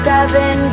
Seven